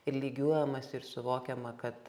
ir lygiuojamasi ir suvokiama kad